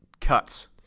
cuts